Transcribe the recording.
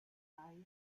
geist